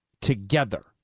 together